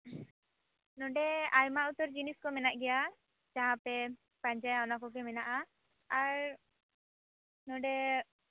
ᱱᱚᱰᱮ ᱟᱭᱢᱟ ᱩᱛᱟᱹᱨ ᱡᱤᱱᱤᱥ ᱠᱚ ᱢᱮᱱᱟᱜ ᱜᱮᱭᱟ ᱡᱟᱦᱟᱸᱯᱮ ᱯᱟᱸᱡᱟᱭᱟ ᱚᱱᱟᱠᱚ ᱜᱮ ᱢᱮᱱᱟᱜᱼᱟ ᱟᱨ ᱱᱚᱰᱮ